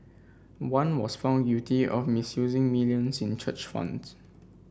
one was found guilty of misusing millions in church funds